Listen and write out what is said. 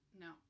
No